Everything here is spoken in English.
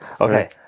Okay